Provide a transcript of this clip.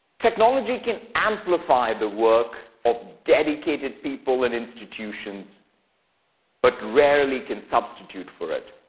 technology can amplify the work of dedicated people and institutions but rarely can substitute for it.